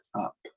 up